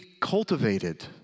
cultivated